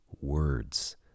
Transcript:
words